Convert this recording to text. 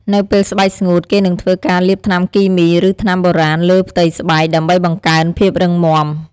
នៅពេលស្បែកស្ងួត គេនឹងធ្វើការលាបថ្នាំគីមី ឬថ្នាំបុរាណលើផ្ទៃស្បែក ដើម្បីបង្កើនភាពរឹងមាំ។